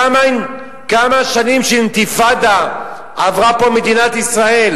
כמה שנים של אינתיפאדה עברו פה במדינת ישראל